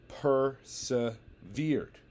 persevered